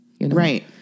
Right